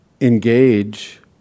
engage